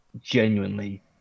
genuinely